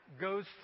goes